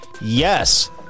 Yes